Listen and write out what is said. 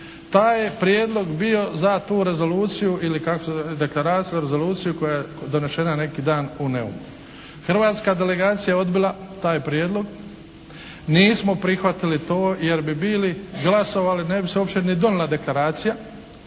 pa je prijedlog bio za tu rezoluciju ili kako se zove, deklaraciju, rezoluciju koja je donešena neki dan u Neumu. Hrvatska je delegacija odbila taj prijedlog. Nismo prihvatili to jer bi bili glasovali, ne bi se uopće ni donijela deklaracija,